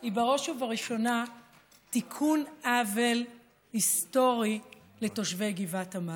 היא בראש ובראשונה תיקון עוול היסטורי לתושבי גבעת עמל,